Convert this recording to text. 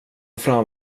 fram